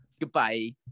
Goodbye